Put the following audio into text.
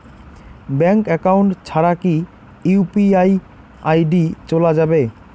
Bank account ছাড়া কি UPI ID চোলা যাবে?